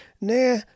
Nah